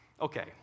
Okay